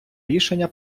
рішення